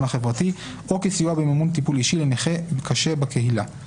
החברתי או כסיוע במימון טיפול אישי לנכה קשה בקהילה";